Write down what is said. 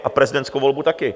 A prezidentskou volbu taky.